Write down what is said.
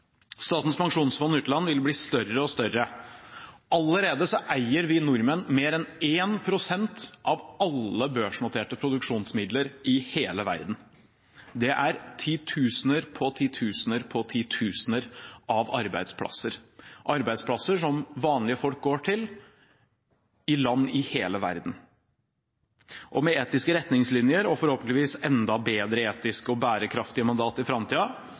Statens pensjonsfond utland vil bli større og større. Allerede eier vi nordmenn mer enn 1 pst. av alle børsnoterte produksjonsmidler i hele verden. Det er titusener på titusener på titusener av arbeidsplasser, arbeidsplasser som vanlige folk går til i land i hele verden. Med etiske retningslinjer og forhåpentligvis et enda bedre etisk og bærekraftig mandat i